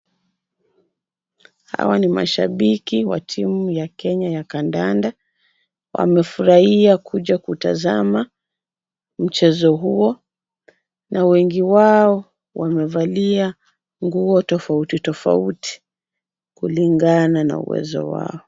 Hawa ni mashabiki wa timu ya Kenya ya kandanda. Wamefurahia kuja kutazama mchezo huo na wengi wao wamevalia nguo tofautitofauti kulingana na uwezo wao.